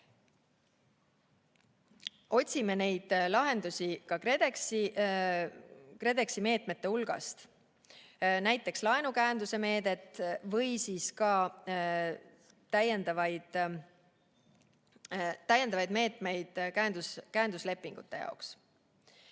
Otsime neid lahendusi ka KredExi meetmete hulgast, näiteks laenukäenduste meedet või täiendavaid meetmeid käenduslepingute jaoks.